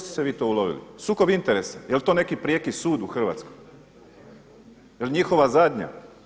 Što ste se vi to ulovi, sukob interesa, je li to neki prijeki sud u Hrvatskoj? je li njihova zadnja.